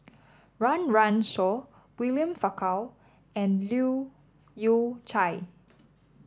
Run Run Shaw William Farquhar and Leu Yew Chye